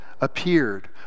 appeared